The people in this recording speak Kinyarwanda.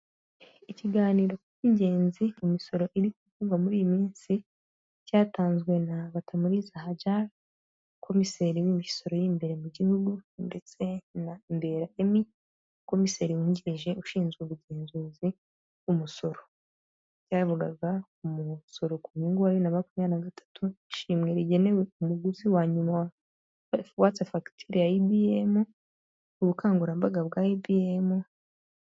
Ikiganiro cy'ingenzi imisoro iri kuva muri iyi minsi cyatanzwe na Batamuriza Hajar, komiseri w'imisoro'imbere mu gihugu ndetse na Mbera Emmy komiseri wungirije ushinzwe ubugenzuzi bw' umusoro. Cyavugaga ku musoro ku nyungu wa bibi na makumyabiri na gatatu ishimwe rigenewe umuguzi wa nyuma watse fagitire ya ibiyemu, ubukangurambaga bwa ibiyemu.